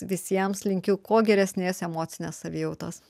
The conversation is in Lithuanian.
visiems linkiu kuo geresnės emocinės savijautos